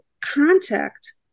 contact